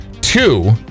two